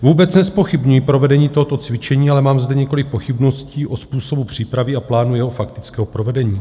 Vůbec nezpochybňuji provedení tohoto cvičení, ale mám zde několik pochybností o způsobu přípravy a plánu jeho faktického provedení.